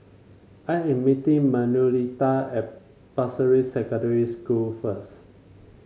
I am meeting Manuelita at Pasir Ris Secondary School first